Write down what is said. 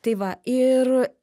tai va ir